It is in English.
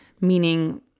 meaning